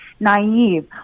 naive